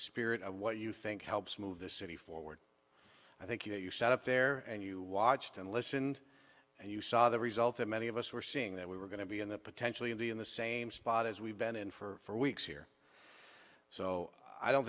spirit of what you think helps move the city forward i think you set up there and you watched and listened and you saw the result that many of us were seeing that we were going to be in the potentially in the in the same spot as we've been in for weeks here so i don't